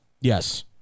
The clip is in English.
Yes